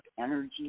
energy